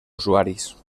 usuaris